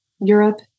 Europe